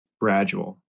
gradual